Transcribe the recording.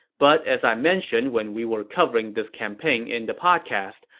but as i mentioned when we were covering this campaign in the podcast,